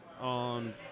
on